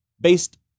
based